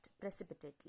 precipitately